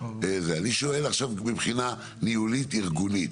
אני שואל עכשיו מבחינה ניהולית ארגונית.